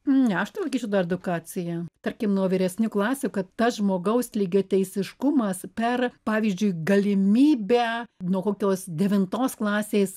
ne aš tai laikyčiau dar edukaciją tarkim nuo vyresnių klasių kad tas žmogaus lygiateisiškumas per pavyzdžiui galimybę nuo kokios devintos klasės